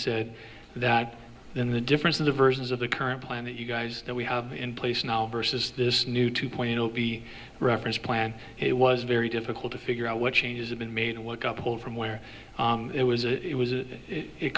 said that in the difference in the versions of the current plan that you guys that we have in place now versus this new to point b reference plan it was very difficult to figure out what changes have been made and what couple from where it was it was a it